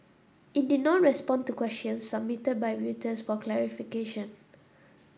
it did not respond to questions submitted by Reuters for clarification